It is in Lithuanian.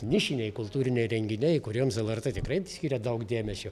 nišiniai kultūriniai renginiai kuriems lrt tikrai skiria daug dėmesio